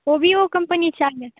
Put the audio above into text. ओविओ कंपनीचे आले आहेत